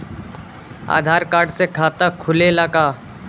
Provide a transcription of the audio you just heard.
आधार card से खाता खुले ला का?